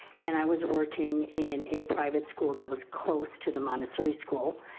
and i was working in a private school that was close to the montessori school.